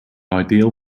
ideal